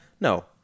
No